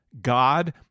God